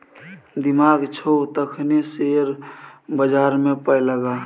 दिमाग छौ तखने शेयर बजारमे पाय लगा